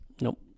Nope